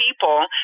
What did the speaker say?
people